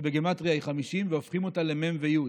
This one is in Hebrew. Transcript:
שבגימטרייה היא 50, והופכים אותה למ"ם ויו"ד,